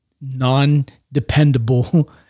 non-dependable